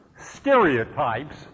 stereotypes